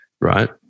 right